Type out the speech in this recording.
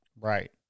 Right